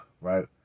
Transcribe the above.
right